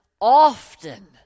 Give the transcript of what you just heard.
often